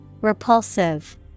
Repulsive